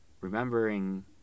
remembering